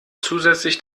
zusätzlich